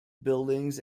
buildings